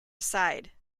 aside